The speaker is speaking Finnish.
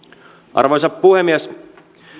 arvoisa puhemies